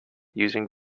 using